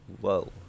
Whoa